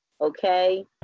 okay